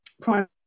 prime